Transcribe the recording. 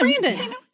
Brandon